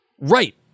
Right